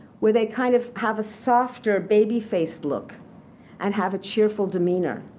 where they kind of have a softer, baby-faced look and have a cheerful demeanour.